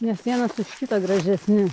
nes vienas už kitą gražesni